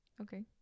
Okay